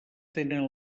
tenen